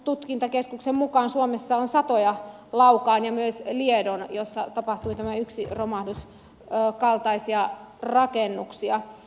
onnettomuustutkintakeskuksen mukaan suomessa on satoja laukaan ja myös liedon jossa tapahtui tämä yksi romahdus kaltaisia rakennuksia